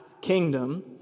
kingdom